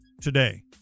today